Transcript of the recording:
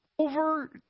over